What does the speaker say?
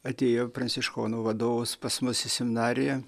atėjo pranciškonų vadovas pas mus į seminariją